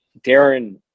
Darren